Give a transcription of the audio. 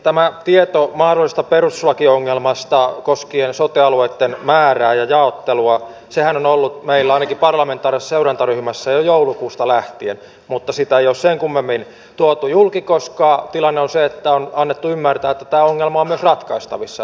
tämä tietohan mahdollisesta perustuslakiongelmasta koskien sote alueitten määrää ja jaottelua on ollut meillä ainakin parlamentaarisessa seurantaryhmässä jo joulukuusta lähtien mutta sitä ei ole sen kummemmin tuotu julki koska tilanne on se että on annettu ymmärtää että tämä ongelma on myös ratkaistavissa